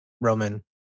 Roman